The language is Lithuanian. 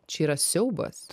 čia yra siaubas